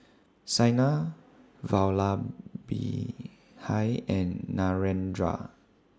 Saina Vallabhbhai and Narendra